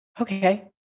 Okay